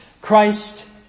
Christ